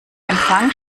empfang